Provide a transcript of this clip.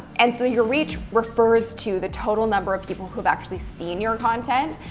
and so your reach refers to the total number of people who've actually seen your content.